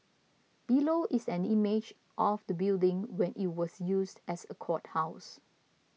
below is an image of the building when it was used as a courthouse